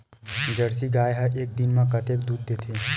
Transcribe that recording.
Jersey गाय ह एक दिन म कतेकन दूध देथे?